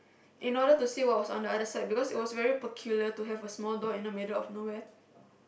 in order to see what was on the other side because it was very peculiar to have a small door in the middle of nowhere